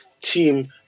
team